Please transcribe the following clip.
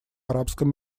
арабском